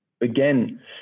again